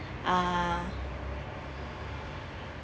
uh